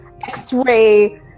X-ray